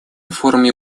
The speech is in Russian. форуме